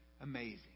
amazing